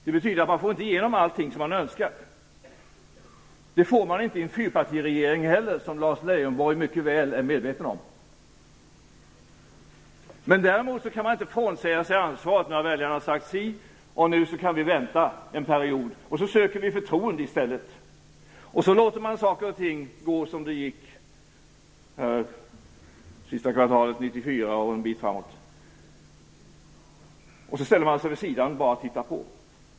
Det betyder att man inte får igenom allt som man önskar. Det får man inte i en fyrpartiregering heller, vilket Lars Leijonborg är mycket väl medveten om. Men däremot kan man inte frånsäga sig ansvaret när väljarna har sagt sitt och tänka att man kan vänta en period och i stället söka förtroende. Så låter man saker och ting gå som de gick under sista kvartalet 1994 och en bit framåt och ställer sig vid sidan och bara tittar på.